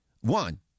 One